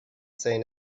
seen